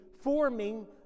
forming